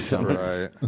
Right